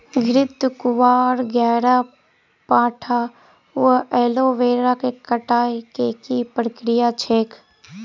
घृतक्वाइर, ग्यारपाठा वा एलोवेरा केँ कटाई केँ की प्रक्रिया छैक?